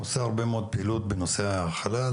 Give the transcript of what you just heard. הוא עושה הרבה מאוד פעילות בנושא החלל.